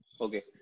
Okay